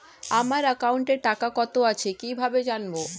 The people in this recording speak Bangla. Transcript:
আমার একাউন্টে টাকা কত আছে কি ভাবে জানবো?